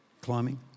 Climbing